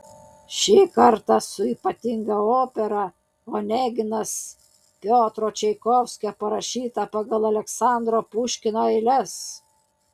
šį kartą su ypatinga opera oneginas piotro čaikovskio parašyta pagal aleksandro puškino eiles